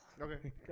okay